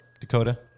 Dakota